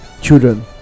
children